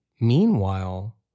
Meanwhile